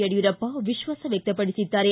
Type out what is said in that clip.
ಯಡಿಯೂರಪ್ಪ ವಿಶ್ವಾಸ ವ್ಯಕ್ತಪಡಿಸಿದ್ದಾರೆ